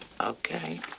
Okay